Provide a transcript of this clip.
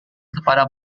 kepada